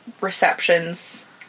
receptions